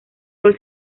rol